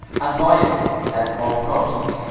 avoid it at all costs.